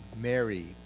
Mary